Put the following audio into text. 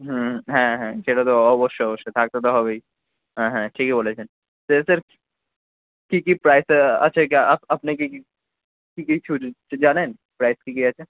হুম হ্যাঁ হ্যাঁ সেটা তো অবশ্যই অবশ্যই থাকতে তো হবেই হ্যাঁ হ্যাঁ ঠিকই বলছেন সে স্যার কী কী প্রাইজ আছে কি আপনার কি কিছু জানেন প্রাইজ কী কী আছে